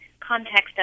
context